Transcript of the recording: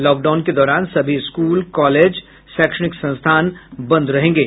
lockdown के दौरान सभी स्कूल कॉलेज शैक्षणिक संस्थान बंद रहेंगे